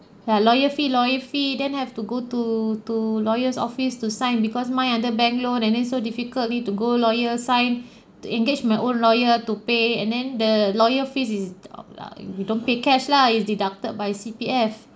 ah lawyer fee lawyer fee then have to go to to lawyer's office to sign because mine under bank loan and then so difficult need to go lawyer sign to engage my own lawyer to pay and then the lawyer fees is the err we don't pay cash lah is deducted by C_P_F